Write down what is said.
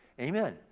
Amen